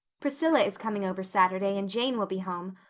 priscilla is coming over saturday and jane will be home.